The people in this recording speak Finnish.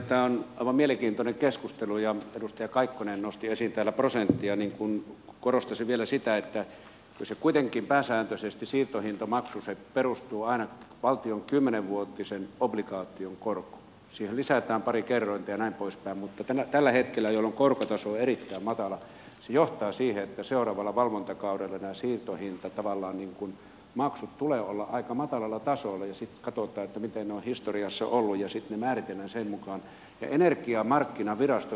tämä on aivan mielenkiintoinen keskustelu ja kun edustaja kaikkonen nosti esiin täällä prosentteja niin korostaisin vielä sitä että kun kuitenkin pääsääntöisesti siirtohintamaksu perustuu aina valtion kymmenenvuotisen obligaation korkoon siihen lisätään pari kerrointa ja näin poispäin mutta tällä hetkellä jolloin korkotaso on erittäin matala se johtaa siihen että seuraavalla valvontakaudella näiden siirtohintamaksujen tavallaan tulee niin kuin olla aika matalalla tasolla ja sitten katsotaan miten ne ovat historiassa olleet ja sitten ne määritellään sen mukaan ja energiamarkkinavirasto hyväksyy kullekin sähköyhtiölle